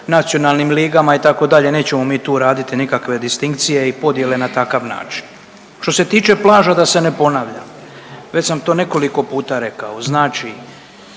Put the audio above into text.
nacionalnim ligama itd., nećemo mi tu raditi nikakve distinkcije i podjele na takav način. Što se tiče plaža da se ne ponavljam, već sam to nekoliko puta rekao. Znači